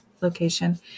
location